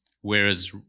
Whereas